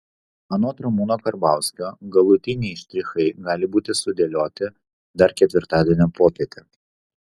anot ramūno karbauskio galutiniai štrichai gali būti sudėlioti dar ketvirtadienio popietę